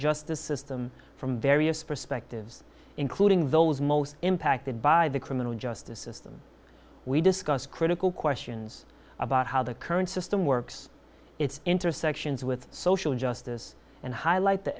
justice system from various perspectives including those most impacted by the criminal justice system we discussed critical questions about how the current system works its intersections with social justice and highlight the